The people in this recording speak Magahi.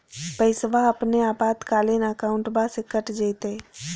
पैस्वा अपने आपातकालीन अकाउंटबा से कट जयते?